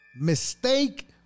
Mistake